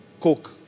coke